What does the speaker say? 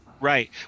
right